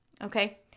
Okay